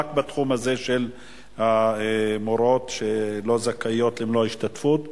רק בתחום הזה של המורות שלא זכאיות למלוא ההשתתפות,